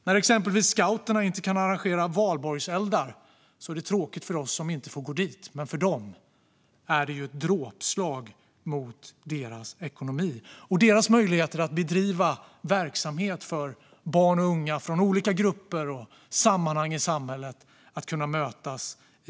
När exempelvis scouterna inte kan arrangera valborgseldar är det tråkigt för oss som inte får gå dit, men för dem är det ett dråpslag mot deras ekonomi och deras möjligheter att bedriva verksamhet för barn och unga från olika grupper och sammanhang i samhället där de kan mötas.